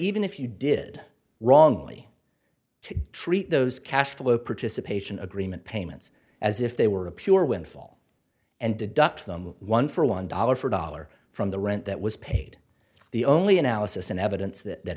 even if you did wrongly to treat those cash flow participation agreement payments as if they were a pure windfall and deduct them one for one dollar for dollar from the rent that was paid the only analysis and evidence that